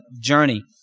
journey